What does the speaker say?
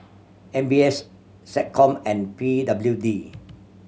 M B S SecCom and P W D